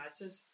matches